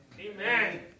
Amen